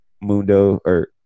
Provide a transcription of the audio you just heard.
Mundo—or